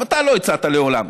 גם אתה לא הצעת: לעולם,